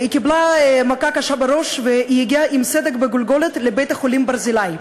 היא קיבלה מכה קשה בראש והגיעה עם סדק בגולגולת לבית-החולים ברזילי.